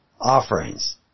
offerings